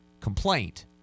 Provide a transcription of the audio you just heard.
complaint